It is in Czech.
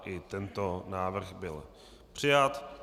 I tento návrh byl přijat.